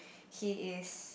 he is